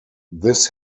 this